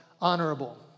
honorable